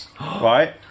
right